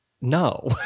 no